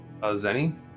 Zenny